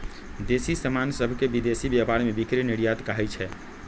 देसी समान सभके विदेशी व्यापार में बिक्री निर्यात कहाइ छै